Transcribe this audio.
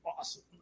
awesome